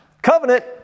Covenant